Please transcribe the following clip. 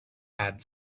add